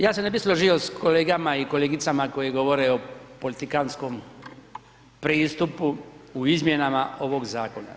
Ja se ne bih složio s kolegama i kolegicama koje govore o politikantskom pristupu u izmjenama ovog zakona.